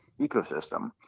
ecosystem